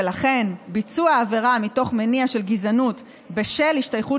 ולכן ביצוע עבירה מתוך מניע של גזענות בשל השתייכות